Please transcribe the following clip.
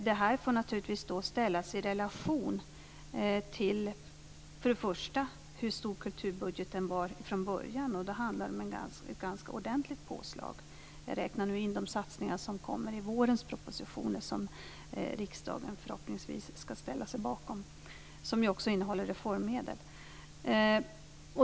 Det skall naturligtvis för det första ställas i relation till hur stor kulturbudgeten var från början. Det handlar då om ett ganska ordentligt påslag. Jag räknar nu in de satsningar som kommer i vårens proposition som riksdagen förhoppningsvis skall ställa sig bakom och som också innehåller reformmedel.